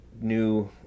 new